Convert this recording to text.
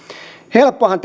helppohan